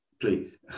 Please